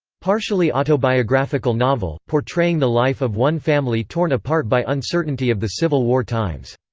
partially autobiographical novel, portraying the life of one family torn apart by uncertainty of the civil war times.